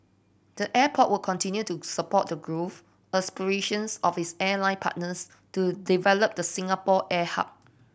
the airport will continue to support the growth aspirations of its airline partners to develop the Singapore air hub